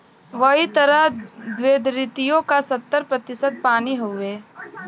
वही तरह द्धरतिओ का सत्तर प्रतिशत पानी हउए